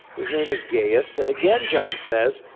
his name is gaius, and again john says,